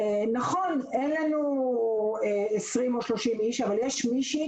נכון, אין לנו 20-30 איש אבל יש מישהי